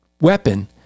weapon